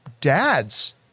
dad's